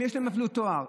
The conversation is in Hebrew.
יש להם אפילו תואר,